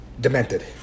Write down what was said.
demented